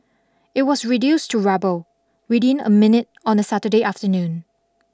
it was reduced to rubble within a minute on a Saturday afternoon